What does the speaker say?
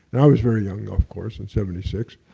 and i was very young, of course, in seventy six.